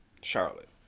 Charlotte